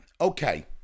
Okay